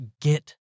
get